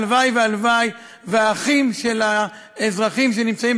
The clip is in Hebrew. הלוואי והלוואי שהאחים של האזרחים שנמצאים